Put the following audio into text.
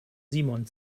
simon